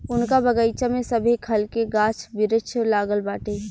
उनका बगइचा में सभे खल के गाछ वृक्ष लागल बाटे